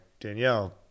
Danielle